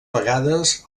vegades